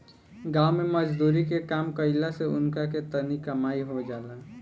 गाँव मे मजदुरी के काम कईला से उनका के तनी कमाई हो जाला